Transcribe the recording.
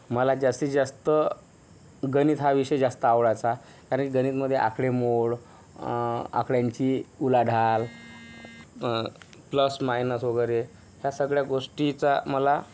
मला जास्तीत जास्त गणित हा विषय जास्त आवडायचा कारण की गणित मध्ये आकडेमोड आकड्यांची उलाढाल प्लस मायनस वगैरे या सगळ्या गोष्टीचा मला